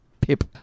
pip